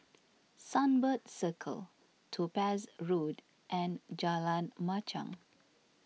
Sunbird Circle Topaz Road and Jalan Machang